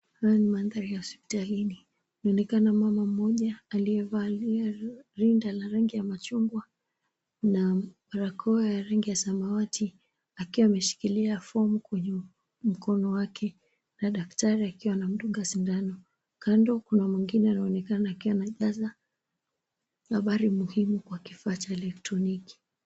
Haya ni mandhari ya hospitalini. Mama mmoja aliyevalia rinda la rangi ya machungwa, na barakoa ya rangi ya samawati, akiwa ameshikilia fomu kwenye mkono wake, na daktari akiwa anamdunga sindano. Kando kuna mwingine anaonekana akiwa anajaza habari muhimu kwa kifaa cha elektroniki.